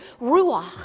ruach